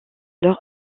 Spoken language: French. leur